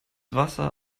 wasser